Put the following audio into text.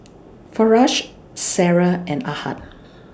Firash Sarah and Ahad